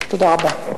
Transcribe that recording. תודה רבה.